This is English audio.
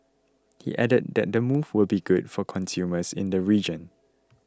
he added that the move will be good for consumers in the region